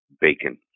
bacon